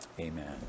amen